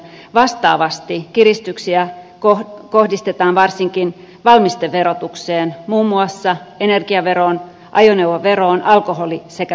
vastaavasti kiristyksiä kohdistetaan varsinkin valmisteverotukseen muun muassa energiaveroon ajoneuvoveroon alkoholi sekä tupakkaveroon